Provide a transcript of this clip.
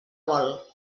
vol